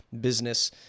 business